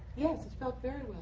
yes, it felt very